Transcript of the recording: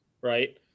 right